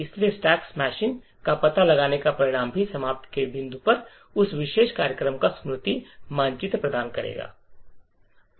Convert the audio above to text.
इसलिए stack smashing का पता लगाने का परिणाम भी समाप्ति के बिंदु पर उस विशेष कार्यक्रम का स्मृति मानचित्र प्रदान करेगा